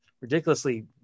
ridiculously